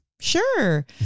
sure